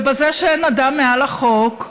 ובזה שאין אדם מעל החוק,